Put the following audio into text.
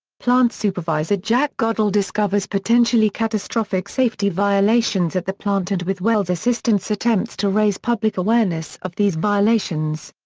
plant supervisor jack godell discovers potentially catastrophic safety violations at the plant and with wells' assistance attempts to raise public awareness of these violations.